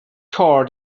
car